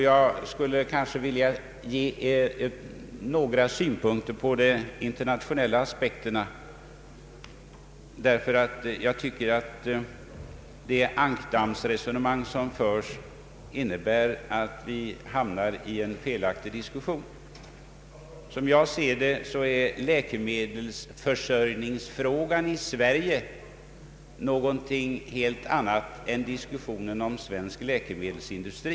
Jag skulle vilja säga några ord om de internationella aspekterna, därför att jag tycker att det ankdammsresonemang som förs innebär att vi hamnar i en felaktig diskussion. Som jag ser det är läkemedelsförsörjningsfrågan i Sverige någonting helt annat än diskussionen om svensk läkemedelsindustri.